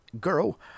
girl